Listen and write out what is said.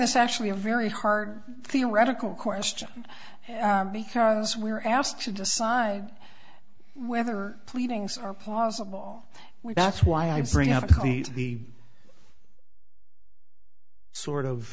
this actually a very hard theoretical question because we're asked to decide whether pleadings are plausible we that's why i bring up the sort of